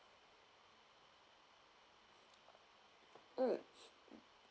mm